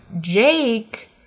Jake